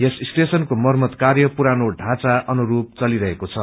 यस स्टेशनको मरम्मत कार्य पुरानो ढाँचा अनुरूप चवलिरहेको छ